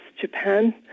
Japan